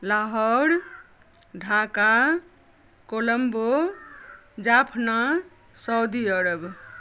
लाहौर ढ़ाका कोलम्बो जाफना सऊदी अरब